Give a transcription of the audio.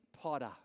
potter